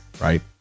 Right